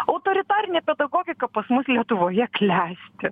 autoritarinė pedagogika pas mus lietuvoje klesti